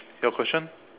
your question